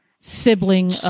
sibling